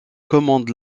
commande